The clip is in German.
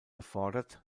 erfordert